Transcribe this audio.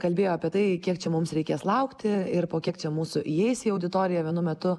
kalbėjo apie tai kiek čia mums reikės laukti ir po kiek čia mūsų įeis į auditoriją vienu metu